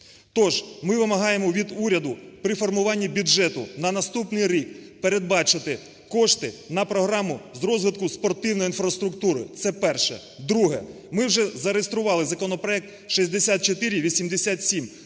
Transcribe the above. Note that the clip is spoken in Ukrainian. Тож ми вимагаємо від уряду при формуванні бюджету на наступний рік передбачити кошти на програму з розвитку спортивної інфраструктури. Це перше. Друге. Ми вже зареєстрували законопроект 6487